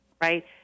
right